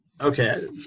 Okay